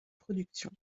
production